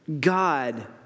God